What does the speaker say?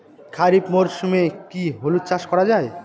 খরিফ মরশুমে কি হলুদ চাস করা য়ায়?